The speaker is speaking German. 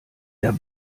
der